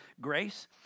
grace